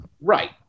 Right